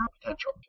potential